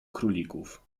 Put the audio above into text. królików